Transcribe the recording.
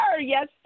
Yes